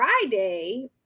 Friday